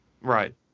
Right